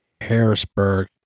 Harrisburg